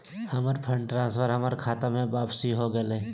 हमर fund transfer हमर खता में वापसी हो गेलय